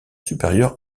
supérieure